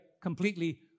completely